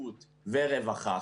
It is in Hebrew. בריאות ורווחה,